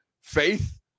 faith